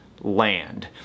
Land